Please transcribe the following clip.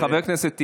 חבר הכנסת טיבי,